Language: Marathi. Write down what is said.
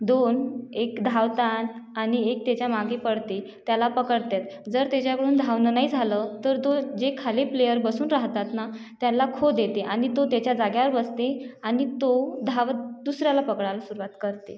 दोन एक धावतात आणि एक त्याच्यामागे पळते त्याला पकडते जर त्याच्याकडून धावणं नाही झालं तर तो जे खाली प्लेअर बसून राहतात ना त्यांना खो देते आणि तो त्याच्या जागेवर बसते आणि तो धावत दुसऱ्याला पकडायला सुरुवात करते